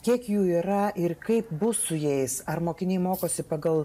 kiek jų yra ir kaip bus su jais ar mokiniai mokosi pagal